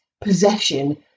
possession